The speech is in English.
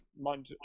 mind